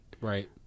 Right